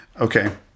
Okay